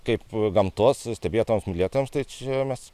kaip gamtos stebėtojams mylėtojams tai čia mes